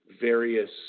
various